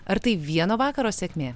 ar tai vieno vakaro sėkmė